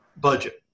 budget